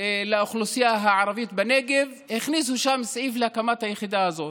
לאוכלוסייה הערבית בנגב הכניסו שם סעיף להקמת היחידה הזאת.